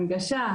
הנגשה.